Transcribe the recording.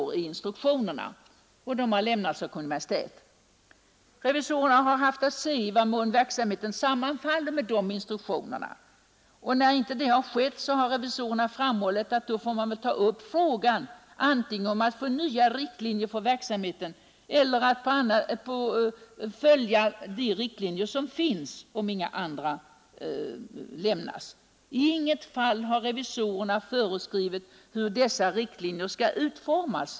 Revisorerna har haft att undersöka i vad mån verksamheten sammanfaller med instruktionerna. Där så inte skett har revisorerna framhållit, att då får man väl ta upp frågan antingen om nya riktlinjer för verksamheten i fråga eller också måste verksamheten följa de riktlinjer som finns stipulerade. I intet fall har revisorerna föreskrivit hur dessa riktlinjer skall utformas.